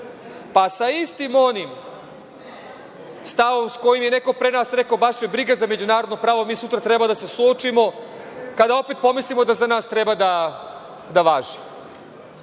pa sa istim onim stavom sa kojim je neko pre nas rekao – baš me briga za međunarodno pravo, mi sutra treba da se suočimo kada opet pomislimo da za nas treba da važi.